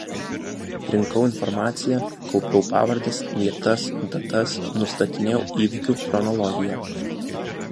rinkau informaciją kaupiau pavardes vietas datas nustatinėjau įvykių chronologiją